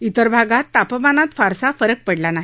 तिर भागात तापमानात फारसा फरक पडला नाही